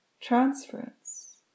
transference